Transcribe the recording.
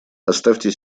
оставьте